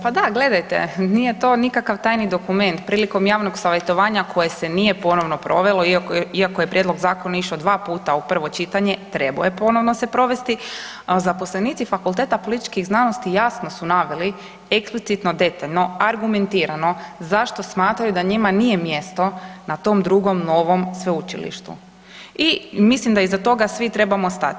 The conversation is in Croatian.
Pa da gledajte nije to nikakav tajni dokument, prilikom javnog savjetovanje koje se nije ponovno provelo iako je prijedlog zakona išao dva puta u prvo čitanje trebao se je ponovno provesti, a zaposlenici Fakulteta političkih znanosti jasno su naveli eksplicitno detaljno, argumentirano zašto smatraju da njima nije mjesto na tom drugom novom sveučilištu i mislim da iza tog svi trebamo stati.